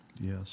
Yes